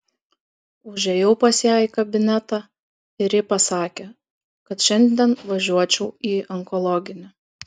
užėjau pas ją į kabinetą ir ji pasakė kad šiandien važiuočiau į onkologinį